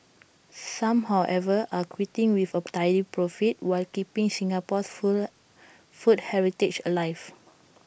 some however are quitting with A tidy profit while keeping Singapore's food heritage alive